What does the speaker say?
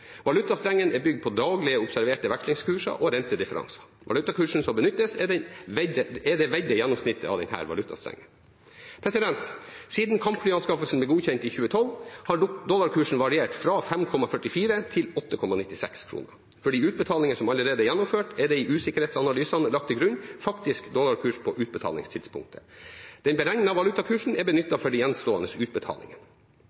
Valutastrengen er bygd på daglig observerte vekslingskurser og rentedifferanser. Valutakursen som benyttes, er det vektede gjennomsnittet av denne valutastrengen. Siden kampflyanskaffelsen ble godkjent i 2012, har dollarkursen variert fra 5,44 kr til 8,96 kr. For de utbetalingene som allerede er gjennomført, er det i usikkerhetsanalysene lagt til grunn faktisk dollarkurs på utbetalingstidspunktet. Den beregnede valutakursen er